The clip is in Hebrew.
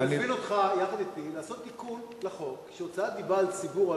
אני מזמין אותך יחד אתי לעשות תיקון לחוק: שהוצאת דיבה על ציבור או,